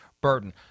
burden